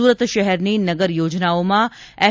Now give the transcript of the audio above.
સુરત શહેરની નગર યોજનાઓમાં એફ